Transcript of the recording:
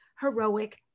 heroic